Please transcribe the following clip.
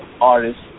artists